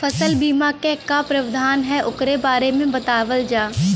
फसल बीमा क का प्रावधान हैं वोकरे बारे में बतावल जा?